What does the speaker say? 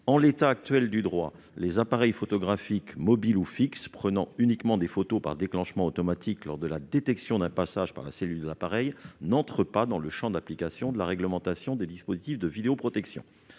En l'état actuel du droit, les appareils photographiques mobiles ou fixes prenant uniquement des photos par déclenchement automatique lors de la détection d'un passage par la cellule de l'appareil n'entrent pas dans le champ d'application de la réglementation des dispositifs de vidéoprotection.